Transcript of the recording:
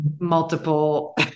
multiple